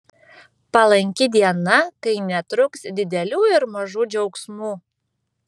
palanki diena kai netruks didelių ir mažų džiaugsmų